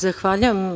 Zahvaljujem.